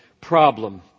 problem